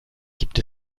gibt